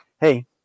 hey